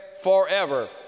forever